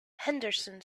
henderson